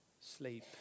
sleep